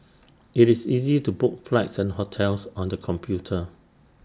IT is easy to book flights and hotels on the computer